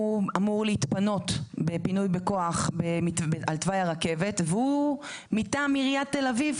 הוא אמור להתפנות בפינוי בכוח על תוואי הרכבת והוא מטעם עירית תל אביב,